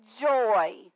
joy